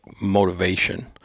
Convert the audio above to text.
motivation